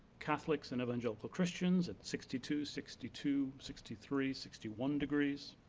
catholics, and evangelical christians, at sixty two, sixty two, sixty three, sixty one degrees.